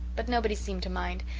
but nobody seemed to mind,